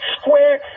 square